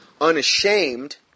unashamed